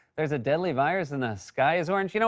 there's a deadly virus and the sky is orange? you know